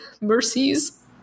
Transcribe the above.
mercies